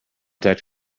contact